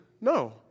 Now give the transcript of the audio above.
no